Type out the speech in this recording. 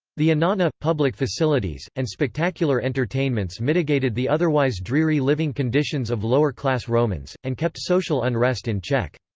the annona, public facilities, and spectacular entertainments mitigated the otherwise dreary living conditions of lower-class romans, and kept social unrest in check.